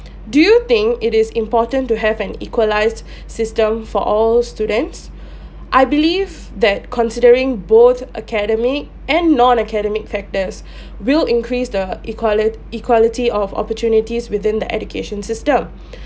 do you think it is important to have an equalised system for all students I believe that considering both academic and non academic factors will increase the equalit~ equality of opportunities within the education system